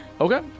Okay